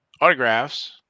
Autographs